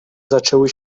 zaczęły